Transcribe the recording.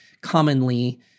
commonly